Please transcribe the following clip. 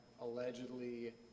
allegedly